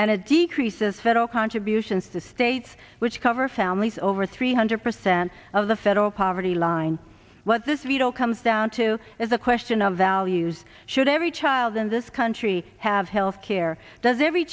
and a decrease as federal contributions to states which cover families over three hundred percent of the federal poverty line what this veto comes down to is a question of values should every child in this country have health care does every